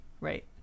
right